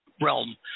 realm